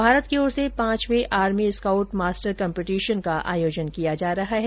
भारत की ओर से पांचवें आर्मी स्काउट मास्टर कंपीटीशन का आयोजन किया जा रहा है